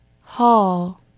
Hall